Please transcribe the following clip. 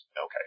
okay